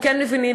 וכן מבינים,